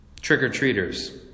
trick-or-treaters